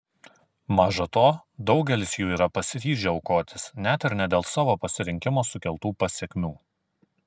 maža to daugelis jų yra pasiryžę aukotis net ir ne dėl savo pasirinkimo sukeltų pasekmių